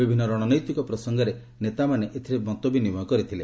ବିଭିନ୍ନ ରଣନୈତିକ ପ୍ରସଙ୍ଗରେ ନେତାମାନେ ମତ ବିନିମୟ କରିଥିଲେ